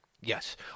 Yes